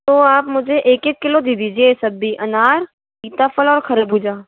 तो आप मुझे एक एक किलो दे दीजिए ये सभी अनार सीताफल और खरबूजा